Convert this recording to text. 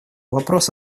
вопрос